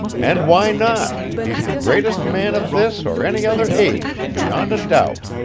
and why not? he's the greatest man of this or any other age, beyond a doubt